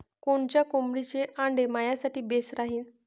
कोनच्या कोंबडीचं आंडे मायासाठी बेस राहीन?